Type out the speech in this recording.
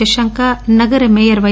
శశాంక నగర మేయర్ పై